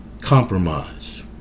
Compromise